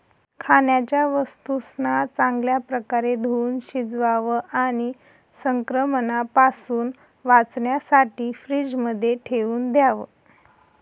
खाण्याच्या वस्तूंना चांगल्या प्रकारे धुवुन शिजवावं आणि संक्रमणापासून वाचण्यासाठी फ्रीजमध्ये ठेवून द्याव